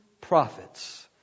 prophets